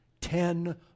ten